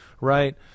right